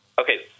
Okay